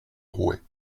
rouet